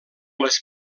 les